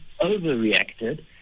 overreacted